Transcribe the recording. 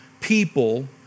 people